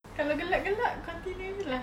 kalau gelak-gelak continue ini lah